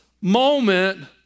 moment